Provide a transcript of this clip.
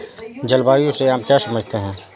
जलवायु से आप क्या समझते हैं?